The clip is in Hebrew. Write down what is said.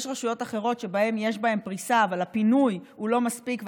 יש רשויות אחרות שבהן יש פריסה אבל הפינוי הוא לא מספיק,